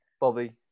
Bobby